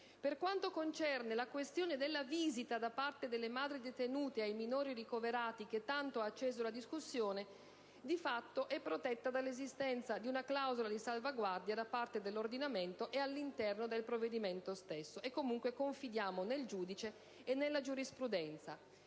Per quanto concerne invece la questione della visita da parte delle madri detenute ai minori ricoverati che tanto ha acceso la discussione, di fatto è protetta dall'esistenza di una clausola di salvaguardia da parte dell'ordinamento e all'interno dello stesso provvedimento. E comunque, confidiamo nel giudice e nella giurisprudenza.